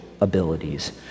abilities